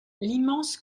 l’immense